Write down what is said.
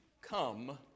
come